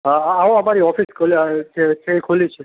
હા હા આવો અમારી ઓફિસ ખૂલ છે છે ખૂલ્લી જ છે